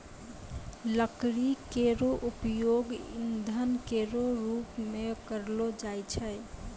लकड़ी केरो उपयोग ईंधन केरो रूप मे करलो जाय छै